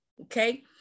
okay